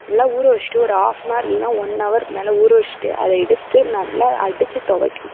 ஃபுல்லாக ஊற வச்சுட்டு ஒரு ஆஃப்னார் இல்லைன்னா ஒன்னவருக்கு மேலே ஊற வச்சுட்டு அதை எடுத்து நல்லா அடிச்சு துவைக்கணும்